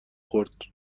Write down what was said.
خورد